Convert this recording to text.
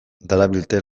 darabilte